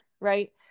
Right